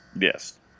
Yes